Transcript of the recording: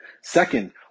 Second